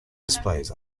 displays